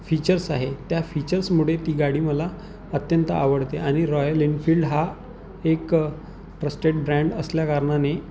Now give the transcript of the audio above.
features आहे त्या फीचर्समुळे ती गाडी मला अत्यंत आवडते आणि रॉयल एनफिल्ड हा एक ट्रस्टेड ब्रँड असल्याकारणाने